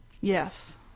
yes